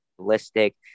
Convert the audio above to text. Realistic